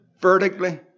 vertically